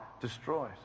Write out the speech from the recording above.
destroyed